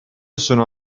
sono